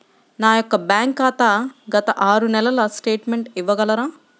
నా యొక్క బ్యాంక్ ఖాతా గత ఆరు నెలల స్టేట్మెంట్ ఇవ్వగలరా?